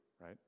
right